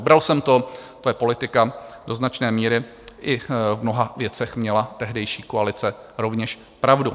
Bral jsem to, to je politika, do značné míry i v mnoha věcech měla tehdejší koalice rovněž pravdu.